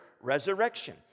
resurrection